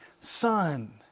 son